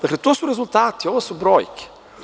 Dakle, to su rezultati, a ovo su brojke.